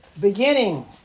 beginning